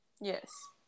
Yes